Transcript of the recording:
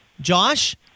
Josh